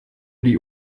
die